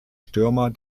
stürmer